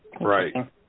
Right